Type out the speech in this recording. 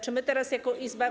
Czy my teraz jako Izba.